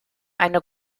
eine